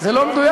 זה לא מדויק?